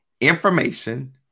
Information